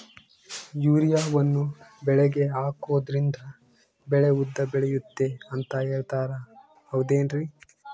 ಯೂರಿಯಾವನ್ನು ಬೆಳೆಗೆ ಹಾಕೋದ್ರಿಂದ ಬೆಳೆ ಉದ್ದ ಬೆಳೆಯುತ್ತೆ ಅಂತ ಹೇಳ್ತಾರ ಹೌದೇನ್ರಿ?